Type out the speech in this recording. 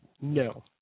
No